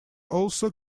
also